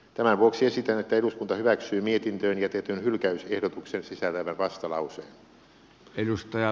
tämän vuoksi esitän että eduskunta hyväksyy mietintöön jätetyn hylkäysehdotuksen sisältävän vastalauseen